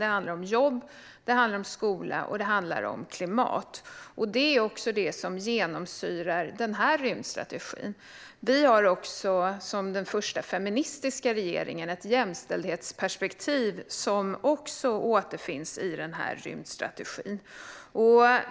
Det handlar om jobb, det handlar om skola och det handlar om klimat. Det är också det som genomsyrar den här rymdstrategin. Som den första feministiska regeringen har vi även ett jämställdhetsperspektiv, som också återfinns i rymdstrategin.